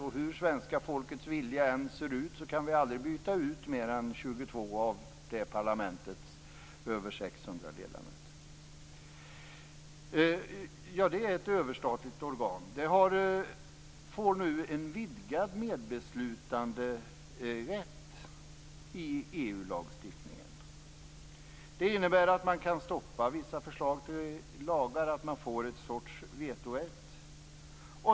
Och hur svenska folkets vilja än ser ut kan man ändå aldrig byta ut mer än 22 av det parlamentets över 600 ledamöter. Det är ett överstatligt organ som nu får en vidgad medbeslutanderätt i EU lagstiftningen. Det innebär att man kan stoppa vissa förslag till lagar, att man får en sorts vetorätt.